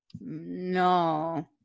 no